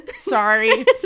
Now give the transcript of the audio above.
sorry